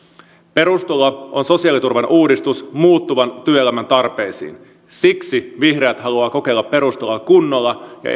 perustulo on sosiaaliturvan uudistus muuttuvan työelämän tarpeisiin siksi vihreät haluavat kokeilla perustuloa kunnolla ja